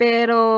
Pero